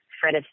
Fred